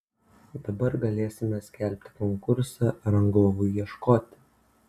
dabar galėsime skelbti konkursą rangovui ieškoti